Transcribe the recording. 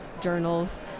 journals